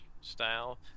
style